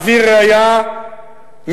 אביא ראיה ממני,